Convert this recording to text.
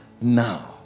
now